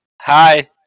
Hi